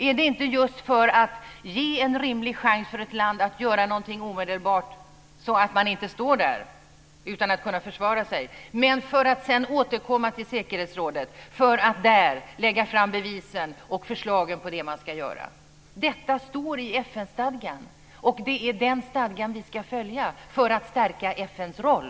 Är det inte just för att ge en rimlig chans för ett land att göra någonting omedelbart, så att man inte står där utan att kunna försvara sig, för att sedan återkomma till säkerhetsrådet för att där lägga fram bevisen och förslagen till det man ska göra? Detta står i FN-stadgan, och det är den stadgan vi ska följa för att stärka FN:s roll.